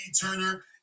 Turner